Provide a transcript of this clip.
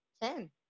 Ten